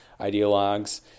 ideologues